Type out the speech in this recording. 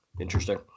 Interesting